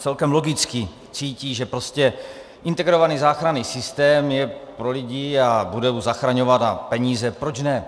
Celkem logicky cítí, že integrovaný záchranný systém je pro lidi a bude je zachraňovat, a peníze, proč ne?